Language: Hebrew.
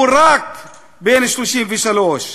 הוא רק בן 33,